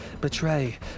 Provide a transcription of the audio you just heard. betray